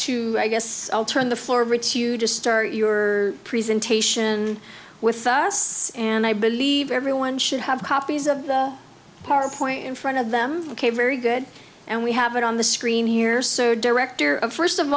to i guess i'll turn the floor of ritz you just start your presentation with us and i believe everyone should have copies of power point in front of them ok very good and we have it on the screen here so director of first of